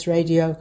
Radio